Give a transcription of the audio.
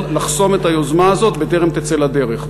לחסום את היוזמה הזאת בטרם תצא לדרך.